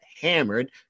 hammered